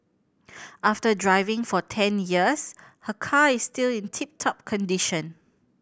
after driving for ten years her car is still in tip top condition